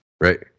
right